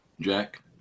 Jack